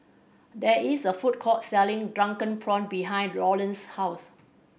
there is a food court selling drunken prawn behind Lawrance's house